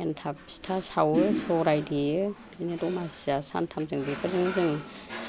एनथाब फिथा सावो सौराय देयो बिदिनो दमासिया सानथामजों बेफोरजोंनो जों